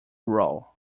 roll